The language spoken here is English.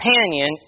companion